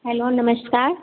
hello नमस्कार